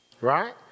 Right